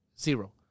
Zero